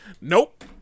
nope